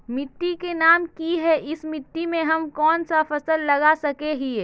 मिट्टी के नाम की है इस मिट्टी में हम कोन सा फसल लगा सके हिय?